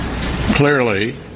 Clearly